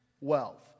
wealth